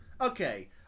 Okay